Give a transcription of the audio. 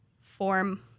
form